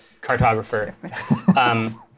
cartographer